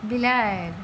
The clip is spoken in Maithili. बिलाड़ि